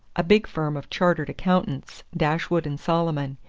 a big firm of chartered accountants dashwood and solomon.